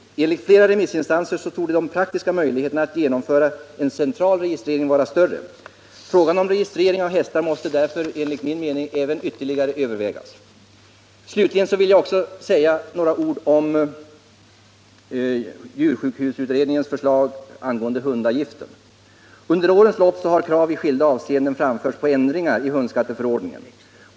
Enligt flera remissinstariser torde de praktiska möjligheterna att genomföra en central registrering vara större. Frågan om registrering av hästar måste därför, enligt min mening, ytterligare övervägas. Slutligen vill jag också säga några ord om djursjukhusutredningens förslag angående hundavgiften. Under årens lopp har krav i skilda avseenden framförts på ändringar i hundskatteförordningen.